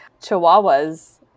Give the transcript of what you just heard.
Chihuahuas